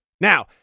Now